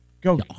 Go